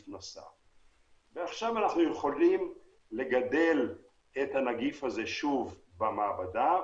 עכשיו אנחנו יכולים לגדל את הנגיף הזה שוב במעבדה,